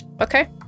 okay